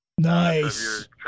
Nice